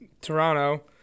Toronto